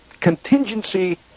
Contingency